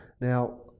Now